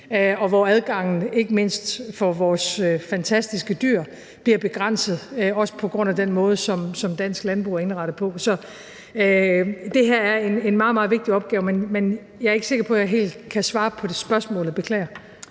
hvor adgangen ikke mindst for vores fantastiske dyr bliver begrænset også på grund af den måde, som Dansk Landbrug er indrettet på. Så det her er en meget, meget vigtig opgave, men jeg er ikke sikker på, at jeg helt kan svare på spørgsmålet – beklager.